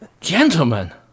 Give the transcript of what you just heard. Gentlemen